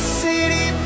city